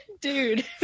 Dude